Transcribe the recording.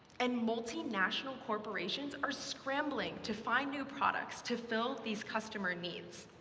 and multinational corporations are scrambling to find new products to fill these customer needs.